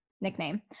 nickname